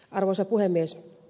arvoisa puhemies